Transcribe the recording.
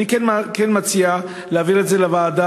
אני כן מציע להעביר את זה לוועדה,